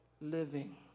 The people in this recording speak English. living